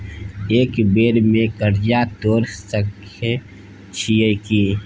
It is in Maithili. एक बेर में कर्जा तोर सके छियै की?